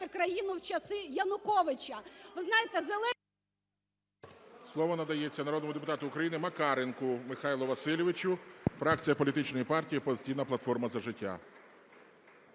країну в часи Януковича. Ви знаєте, Зеленський… ГОЛОВУЮЧИЙ. Слово надається народному депутату України Макаренку Михайлу Васильовичу, фракція політичної партії "Опозиційна платформа – За життя"